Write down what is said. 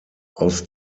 aus